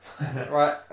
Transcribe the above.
Right